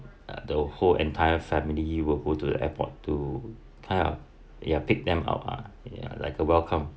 the whole entire family will go to the airport to kind of ya pick them out ah ya like a welcome